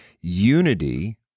unity